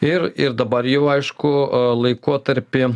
ir ir dabar jau aišku laikotarpį